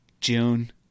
June